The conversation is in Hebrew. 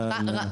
פרונטליות.